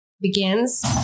begins